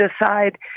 decide